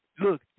Look